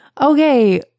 okay